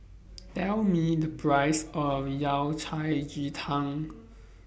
Tell Me The Price of Yao Cai Ji Tang